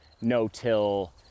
no-till